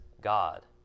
God